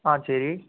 ஆ சரி